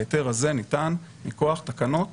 ההיתר הזה ניתן מכוח תקנות